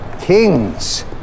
kings